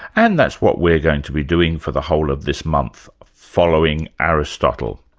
and that's what we're going to be doing for the whole of this month, following aristotle.